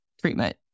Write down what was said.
treatment